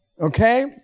Okay